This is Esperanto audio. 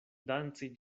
danci